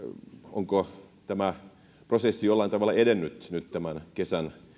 onko tämä prosessi jollain tavalla edennyt tämän kesän